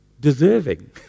Deserving